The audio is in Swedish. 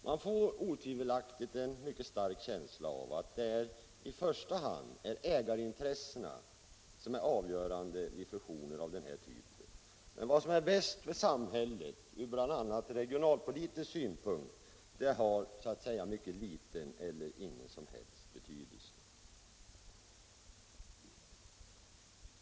Man får otvivelaktigt en mycket stark känsla av att det i första hand är ägarintressen som är avgörande vid fusioner av den här typen, men att vad som är bäst för samhället ur bl.a. regionalpolitisk synpunkt har så att säga mycket liten eller ingen som helst betydelse.